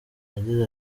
yagize